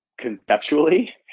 Conceptually